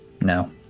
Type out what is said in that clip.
No